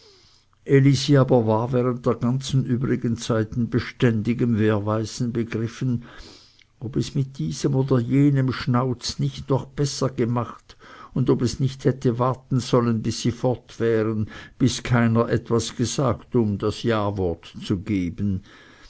während der ganzen übrigen zeit in beständigem werweisen begriffen ob es es mit diesem oder jenem schnauz nicht noch besser gemacht und ob es nicht hätte warten sollen bis sie fort wären bis keiner etwas gesagt um das jawort zu geben